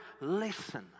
listen